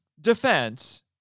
defense